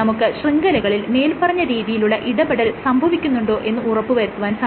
നമുക്ക് ശൃംഖലകളിൽ മേല്പറഞ്ഞ രീതിയിലുള്ള ഇടപെടൽ സംഭവിക്കുന്നുണ്ടോ എന്ന് ഉറപ്പ് വരുത്തുവാൻ സാധിക്കും